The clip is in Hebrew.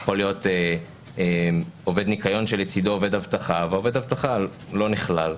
יכול להיות עובד ניקיון שלצידו עובד אבטחה ועובד האבטחה לא נכלל,